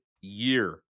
year